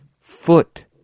foot